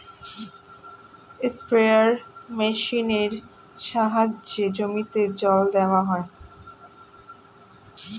sprayer মেশিনের সাহায্যে জমিতে জল দেওয়া হয়